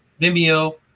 Vimeo